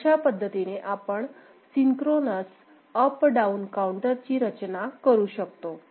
तर अशा पद्धतीने आपण सिंक्रोनस अप डाऊन काऊंटरची रचना करू शकतो